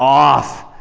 off.